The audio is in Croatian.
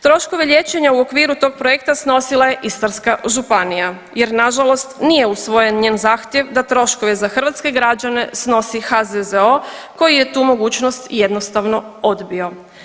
Troškove liječenja u okviru tog projekta snosila je Istarska županija, jer nažalost nije usvojen njen zahtjev da troškove za hrvatske građane snosi HZZO koji je tu mogućnost jednostavno odbio.